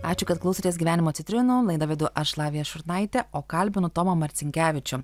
ačiū kad klausotės gyvenimo citrinų laidą vedu aš lavija šurnaitė o kalbinu tomą marcinkevičių